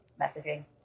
messaging